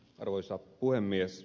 arvoisa puhemies